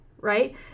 right